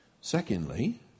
Secondly